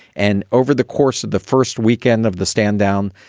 and over the course of the first weekend of the stand down,